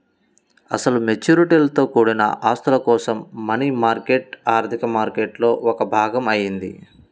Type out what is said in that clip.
అసలు మెచ్యూరిటీలతో కూడిన ఆస్తుల కోసం మనీ మార్కెట్ ఆర్థిక మార్కెట్లో ఒక భాగం అయింది